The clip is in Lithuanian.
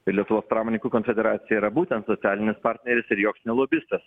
ir lietuvos pramoninkų konfederacija yra būtent socialinis partneris ir joks ne lobistas